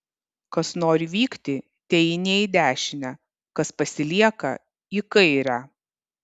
kas nori vykti teeinie į dešinę kas pasilieka į kairę